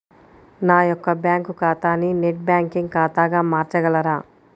నా యొక్క బ్యాంకు ఖాతాని నెట్ బ్యాంకింగ్ ఖాతాగా మార్చగలరా?